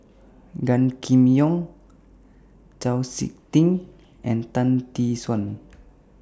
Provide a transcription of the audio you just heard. Gan Kim Yong Chau Sik Ting and Tan Tee Suan